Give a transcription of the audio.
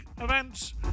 events